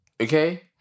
Okay